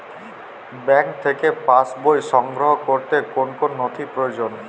Bank থেকে pass বই সংগ্রহ করতে কোন কোন নথি প্রয়োজন?